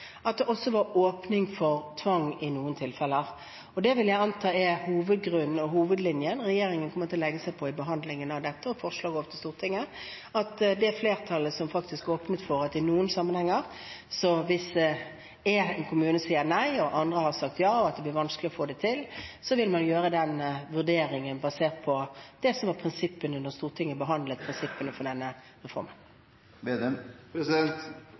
at det også skulle være åpning for tvang i noen tilfeller. Det vil jeg anta er hovedlinjen regjeringen kommer til å legge seg på i behandlingen av dette og i forslaget til Stortinget, at det flertallet som åpnet for at i man noen sammenhenger – hvis én kommune sier nei og andre har sagt ja, slik at det blir vanskelig å få det til – vil gjøre en vurdering, basert på de prinsippene som ble gitt da Stortinget behandlet prinsippene for denne reformen.